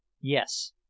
Yes